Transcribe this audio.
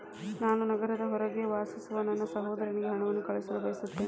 ನಾನು ನಗರದ ಹೊರಗೆ ವಾಸಿಸುವ ನನ್ನ ಸಹೋದರನಿಗೆ ಹಣವನ್ನು ಕಳುಹಿಸಲು ಬಯಸುತ್ತೇನೆ